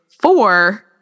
four